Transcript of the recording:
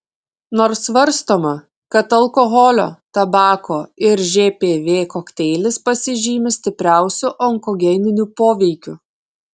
nors svarstoma kad alkoholio tabako ir žpv kokteilis pasižymi stipriausiu onkogeniniu poveikiu